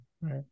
Right